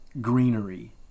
greenery